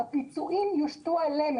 הפיצויים יושתו עלינו.